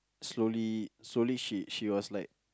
slowly slowly she was like